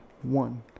one